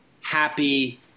happy